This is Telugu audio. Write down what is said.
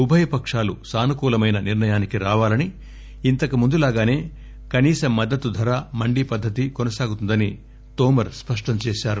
ఉభయ పకాలు సానుకూలమైన నిర్ణయానికి రావాలనీ ఇంతకు ముందులాగానే కనీస మద్దతు ధర మండీ పద్దతి కొనసాగుతుందని తోమర్ స్పష్టం చేశారు